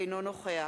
אינו נוכח